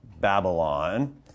Babylon